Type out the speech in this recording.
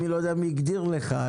אני לא יודע מי הגדיר לך,